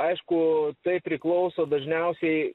aišku tai priklauso dažniausiai